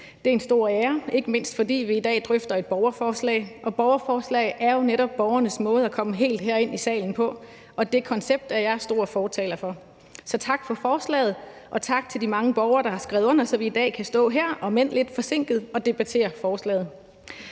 Det er en stor ære – ikke mindst fordi vi i dag drøfter et borgerforslag, og borgerforslag er jo netop borgernes måde at komme helt herind i salen på, og det koncept er jeg stor fortaler for. Så tak for forslaget, og tak til de mange borgere, der har skrevet under, så vi i dag kan stå her, om end lidt forsinket, og debattere forslaget.